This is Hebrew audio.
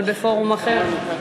אבל בפורום אחר.